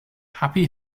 happy